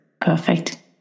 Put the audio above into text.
Perfect